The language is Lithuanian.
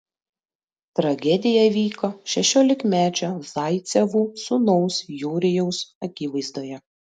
tragedija įvyko šešiolikmečio zaicevų sūnaus jurijaus akivaizdoje